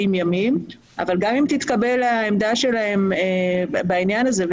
ימים אבל גם אם תתקבל העמדה שלהם בעניין הזה,